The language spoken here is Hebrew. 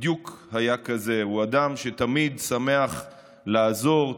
היה כזה בדיוק: הוא אדם שתמיד שמח לעזור,